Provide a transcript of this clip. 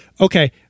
Okay